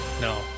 No